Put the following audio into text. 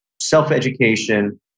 self-education